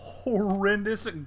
Horrendous